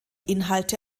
inhalte